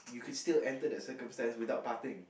you can still end the circumstance without parting